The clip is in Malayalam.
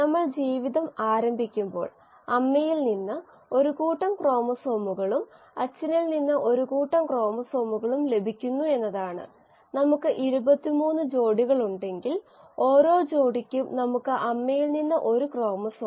നമ്മൾ ശ്രദ്ധിക്കേണ്ടതും മനസ്സിൽ സൂക്ഷിക്കുന്നതും എല്ലായ്പ്പോഴും പരിശോധിക്കുന്നതും ഒകെ ഞാൻ ആഗ്രഹിക്കുന്ന ഒരു കാര്യമാണ് നമ്മൾ അന്തിമ ഉത്തരത്തിലെത്തിയതിനുശേഷം ഇതിനു എന്തെങ്കിലും അർത്ഥമുണ്ടോയെന്ന് പരിശോധിക്കുക